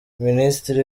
minisitiri